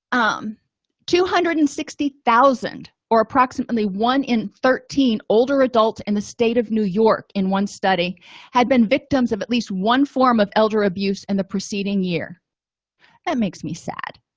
um two hundred and sixty thousand or approximately one in thirteen older adults in the state of new york in one study had been victims of at least one form of elder abuse and the preceding year it makes me sad